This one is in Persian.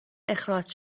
اخراج